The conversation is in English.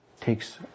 takes